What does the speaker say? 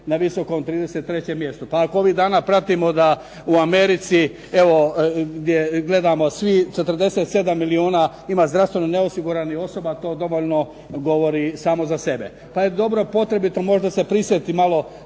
na visokom 33. mjestu. Pa ako ovih dana pratimo da u Americi evo gdje gledamo svi 47 milijuna ima zdravstveno neosiguranih osoba, to dovoljno govori samo za sebe. Pa je dobro potrebito možda se prisjetiti malo